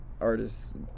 artists